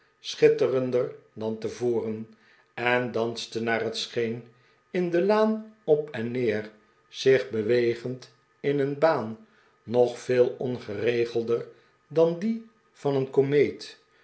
schitterender dan tevoren en danste naar het scheen in de laan op en neer zich bewegend in een baan nog veel ongeregelder dan die van een komeet